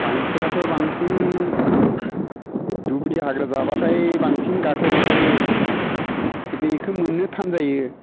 गांसोआथ' बांसिन दुब्रि हाग्रा जाब्लाथाय बांसिन गायखेर ओंखारो थेवबो इखो मोननो थान जायो